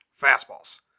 fastballs